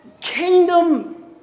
kingdom